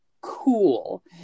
cool